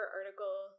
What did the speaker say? article